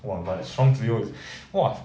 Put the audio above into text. !wahlan! strong co is !wah!